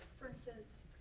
for instance,